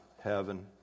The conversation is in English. heaven